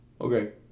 Okay